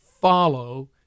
follow